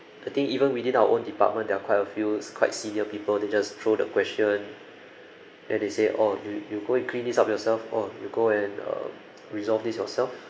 I think even within our own department there are quite a few quite senior people they just throw the question then they say oh you you go and clean this up yourself oh you go and um resolve this yourself